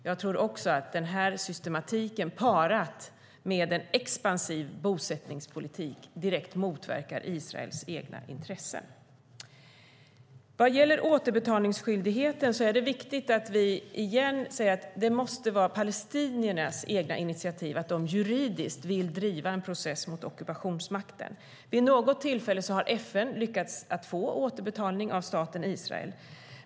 Jag tror också att den här systematiken, parad med en expansiv bosättningspolitik, direkt motverkar Israels egna intressen. Vad gäller återbetalningsskyldigheten är det viktigt att vi igen säger att det måste vara palestiniernas egna initiativ, att de juridiskt vill driva en process mot ockupationsmakten. Vid något tillfälle har FN lyckats få återbetalning av staten Israel.